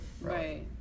right